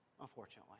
unfortunately